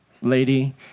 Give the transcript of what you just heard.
lady